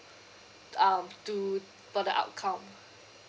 um to for the outcome